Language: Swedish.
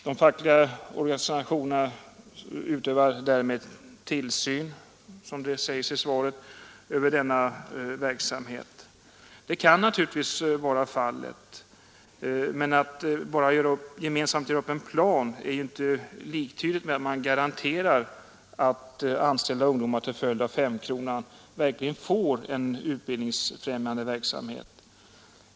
De fackliga organisationerna utövar därmed tillsyn över denna verksamhet, säger statsrådet i svaret. Det kan naturligtvis vara fallet — men att gemensamt göra upp en plan är i och för sig inte liktydigt med att garantera att anställda ungdomar till följd av ”femkronan” verkligen får en utbildningsfrämjande sysselsättning.